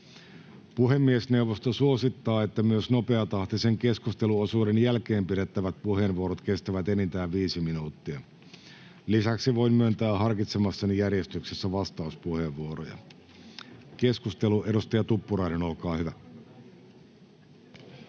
Puhemiesneuvosto suosittaa, että myös nopeatahtisen keskusteluosuuden jälkeen pidettävät puheenvuorot kestävät enintään viisi minuuttia. Lisäksi voin myöntää harkitsemassani järjestyksessä vastauspuheenvuoroja. — Keskustelu, edustaja Tuppurainen, olkaa hyvä.